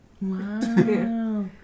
Wow